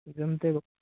तर जमतं